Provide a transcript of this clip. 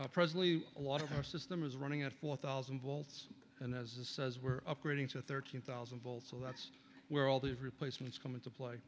needed presently a lot of our system is running at four thousand volts and as a says we're upgrading to thirteen thousand volts so that's where all these replacements come into play